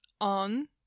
on